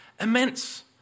immense